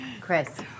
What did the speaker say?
Chris